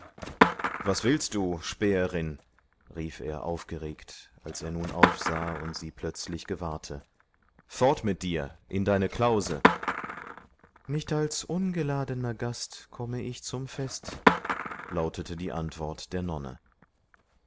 was willst du späherin rief er aufgeregt als er nun aufsah und sie plötzlich gewahrte fort mit dir in deine klause nicht als ungeladener gast komme ich zum fest lautete die antwort der nonne